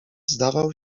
zdawał